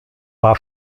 war